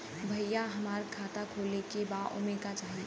भईया हमार खाता खोले के बा ओमे का चाही?